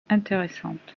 intéressante